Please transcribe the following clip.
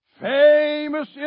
famous